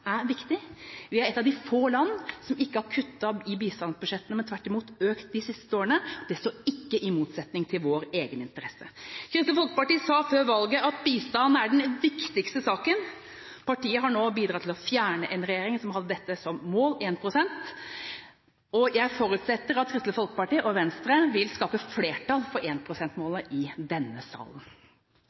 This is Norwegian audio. er viktig. Vi er et av de få land som ikke har kuttet i bistandsbudsjettene, men som tvert imot har økt dem de siste årene. Det står ikke i motsetning til vår egeninteresse. Kristelig Folkeparti sa før valget at bistand er den viktigste saken. Partiet har nå bidratt til å fjerne en regjering som hadde dette – 1 pst. – som mål, og jeg forutsetter at Kristelig Folkeparti og Venstre vil skape flertall for 1 pst.-målet i denne salen.